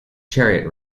chariot